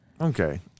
Okay